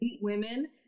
women